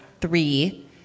three